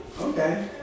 Okay